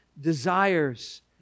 desires